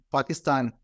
Pakistan